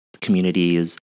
communities